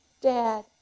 Dad